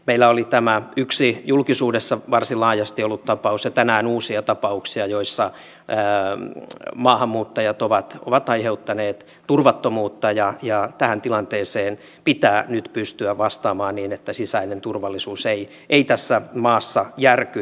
meillä oli tämä yksi julkisuudessa varsin laajasti ollut tapaus ja tänään uusia tapauksia joissa maahanmuuttajat ovat aiheuttaneet turvattomuutta ja tähän tilanteeseen pitää nyt pystyä vastaamaan niin että sisäinen turvallisuus ei tässä maassa järky